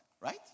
right